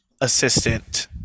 assistant